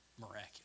miraculous